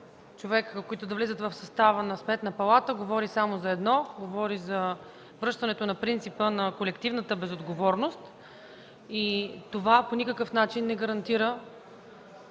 човека, които да влизат в състава на Сметната палата, говори само за едно – връщането на принципа на колективната безотговорност. Това по никакъв начин не гарантира